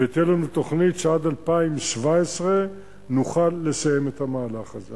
ותהיה לנו תוכנית שעד 2017 נוכל לסיים את המהלך הזה,